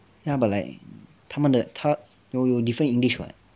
ya but like 他们的他有 different english [what]